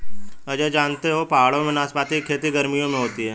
अजय जानते हो पहाड़ों में नाशपाती की खेती गर्मियों में होती है